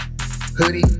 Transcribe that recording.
hoodie